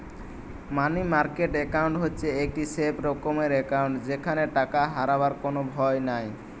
মানি market account হচ্ছে একটি safe রকমের একাউন্ট যেখানে টাকা হারাবার কোনো ভয় নাই